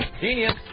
Genius